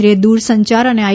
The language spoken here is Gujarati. કેન્દ્રીય દૂરસંચાર અને આઈ